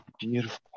Beautiful